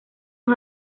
los